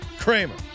Kramer